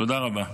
תודה רבה.